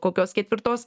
kokios ketvirtos